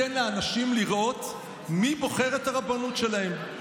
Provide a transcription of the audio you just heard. ובוא ניתן לאנשים לראות מי בוחר את הרבנות שלהם.